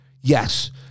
yes